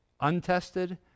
untested